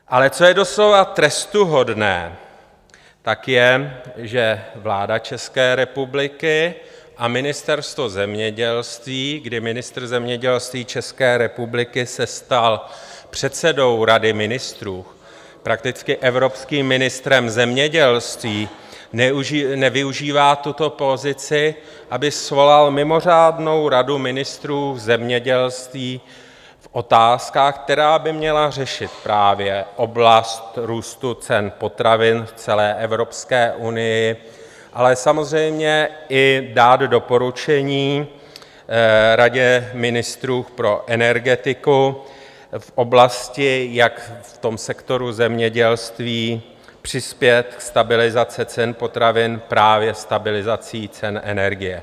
Ale co je doslova trestuhodné, tak je, že vláda České republiky a Ministerstvo zemědělství, kdy ministr zemědělství České republiky se stal předsedou Rady ministrů, prakticky evropským ministrem zemědělství, nevyužívá tuto pozici, aby svolal mimořádnou Radu ministrů zemědělství v otázkách, která by měla řešit právě oblast růstu cen potravin v celé Evropské unii, ale samozřejmě i dát doporučení Radě ministrů pro energetiku v oblasti, jak v tom sektoru zemědělství přispět ke stabilizaci cen potravin právě stabilizací cen energie.